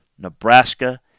Nebraska